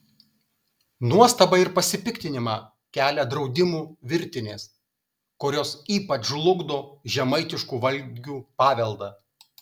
nuostabą ir pasipiktinimą kelia draudimų virtinės kurios ypač žlugdo žemaitiškų valgių paveldą